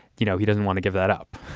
you know, he doesn't want to give that up.